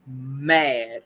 mad